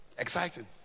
Exciting